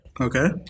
Okay